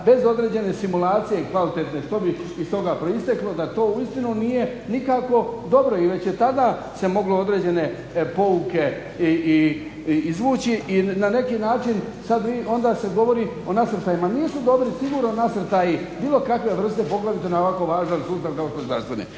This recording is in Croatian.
bez određene simulacije i kvalitetne što bi iz tog proisteklo da to uistinu nije nikako dobro. I već je tada se moglo određene pouke izvući i na neki način sada se onda govori o nasrtajima. Nisu dobri sigurno nasrtaji bilo kakve vrste poglavito na ovako važan sustav kao što je zdravstveni.